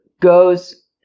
goes